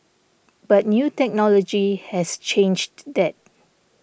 but new technology has changed that